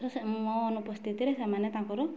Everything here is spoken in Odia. ମୋ ଅନୁପସ୍ଥିତିରେ ସେମାନେ ତାଙ୍କର